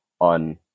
on